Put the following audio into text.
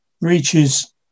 reaches